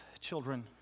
children